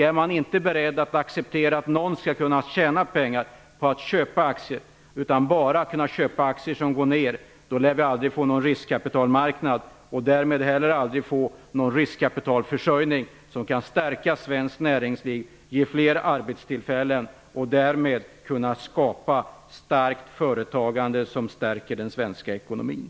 Är man inte beredd att acceptera att någon skall kunna tjäna pengar på att köpa aktier, utan bara accepterar köp av aktier som går ned, lär vi aldrig få någon riskkapitalmarknad och därmed inte heller få någon riskkapitalförsörjning som kan stärka svenskt näringsliv och ge fler arbetstillfällen, för att därmed kunna skapa ett framgångsrikt företagande som stärker den svenska ekonomin.